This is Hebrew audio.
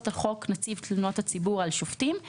על חוק נציב תלונות הציבור על שופטים,